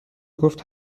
گفت